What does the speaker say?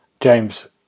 James